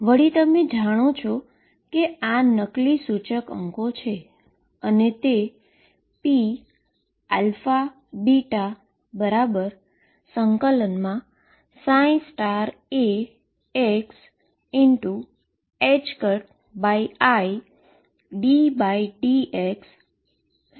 વળી તમે જાણો છો કે આ નકલી ઈન્ડાઈસીસ છે અને તે pαβ∫xiddx dx છે